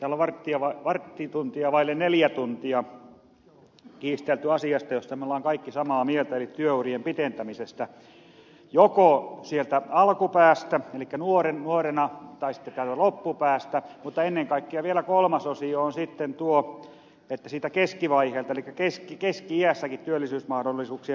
tällä on varttitunti vaille neljä tuntia kiistelty asiasta josta me olemme kaikki samaa mieltä eli työurien pidentämisestä joko sieltä alkupäästä eli nuorena tai sitten loppupäästä mutta ennen kaikkea vielä kolmas osio on sitten tuo että siinä keskivaiheilla eli keski iässäkin työllisyysmahdollisuuksia parannetaan